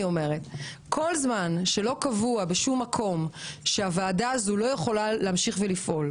כל זמן שלא קבוע בשום מקום שהוועדה הזאת לא יכולה להמשיך לפעול,